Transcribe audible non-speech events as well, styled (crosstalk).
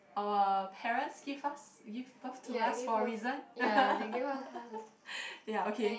our parents give us give both to us for a reason (laughs) ya okay